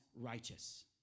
righteous